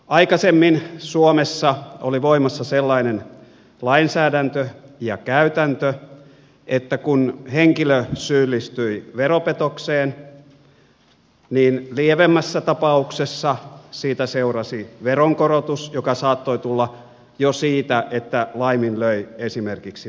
aikaisemmin suomessa oli voimassa sellainen lainsäädäntö ja käytäntö että kun henkilö syyllistyi veropetokseen niin lievemmässä ta pauksessa siitä seurasi veronkorotus joka saattoi tulla jo siitä että laiminlöi esimerkiksi veroilmoituksen